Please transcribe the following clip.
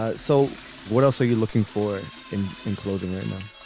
ah so what else are you looking for in in clothing right now?